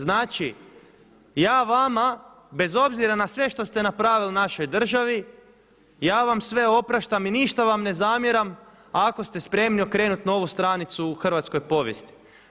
Znači, ja vama bez obzira na sve što ste napravili u našoj državi ja vam sve opraštam i ništa vam ne zamjeram ako ste spremni okrenuti novu stranicu u hrvatskoj povijesti.